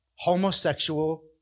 homosexual